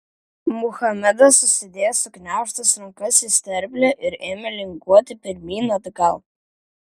muhamedas susidėjo sugniaužtas rankas į sterblę ir ėmė linguoti pirmyn atgal